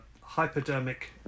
hypodermic